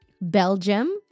Belgium